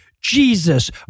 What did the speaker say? Jesus